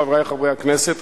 חברי חברי הכנסת,